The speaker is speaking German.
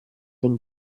den